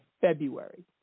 February